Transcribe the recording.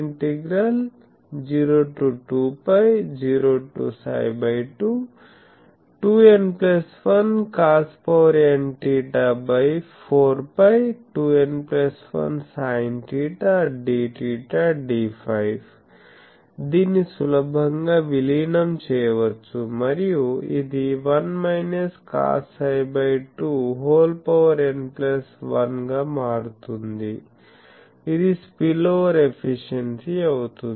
ఇది 2n 1∬0 to 2π 0 to ψ2 2n 1 cosnθ4π2n1sinθ dθ dφ దీన్ని సులభంగా విలీనం చేయవచ్చు మరియు ఇది1 cosψ2n1 గా మారుతుంది ఇది స్పిల్ఓవర్ ఎఫిషియెన్సీ అవుతుంది